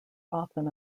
often